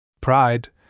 Pride